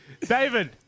David